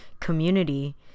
community